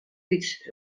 fyts